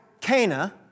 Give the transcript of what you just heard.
Cana